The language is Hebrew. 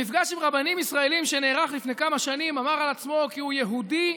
במפגש עם רבנים ישראלים שנערך לפני כמה שנים אמר על עצמו כי הוא יהודי,